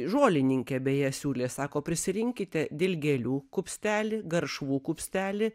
žolininkė beje siūlė sako prisirinkite dilgėlių kupstelį garšvų kupstelį